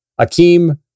Akeem